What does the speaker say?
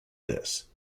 this